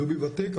דובי ותיק,